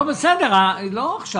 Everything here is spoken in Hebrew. לא עכשיו.